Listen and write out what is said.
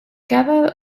cada